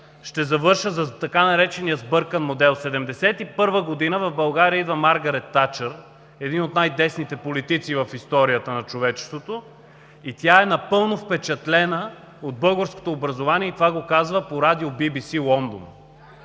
ще завърша с така наречения „сбъркан модел“. През 1971 г. в България идва Маргарет Тачър – един от най-десните политици в историята на човечеството, и тя е напълно впечатлена от българското образование и това го казва по радио „Би Би